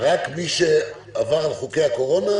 רק מי שעבר על חוקי הקורונה?